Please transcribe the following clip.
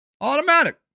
Automatic